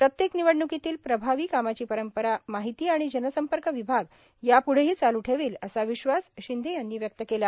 प्रत्येक निवडण्कीतील प्रभावी कामाची परंपरा माहिती आणि जनसंपर्क विभाग याप्ढेही चालू ठेवील असा विश्वास शिंदे यांनी व्यक्त केला